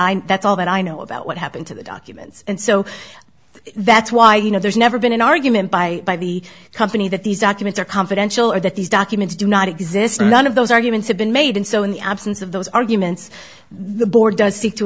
know that's all that i know about what happened to the documents and so that's why you know there's never been an argument by the company that these documents are confidential or that these documents do not exist none of those arguments have been made and so in the absence of those arguments the board does seek to